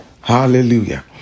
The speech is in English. Hallelujah